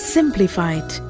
Simplified